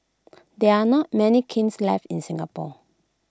there are not many kilns left in Singapore